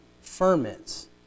ferments